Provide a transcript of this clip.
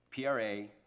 PRA